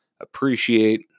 appreciate